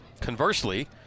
Conversely